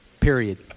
period